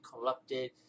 corrupted